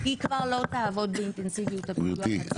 היא כבר לא תעבוד באינטנסיביות --- גברתי,